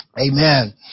Amen